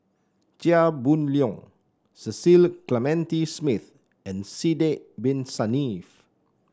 Chia Boon Leong Cecil Clementi Smith and Sidek Bin Saniff